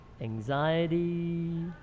anxiety